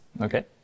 Okay